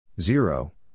Zero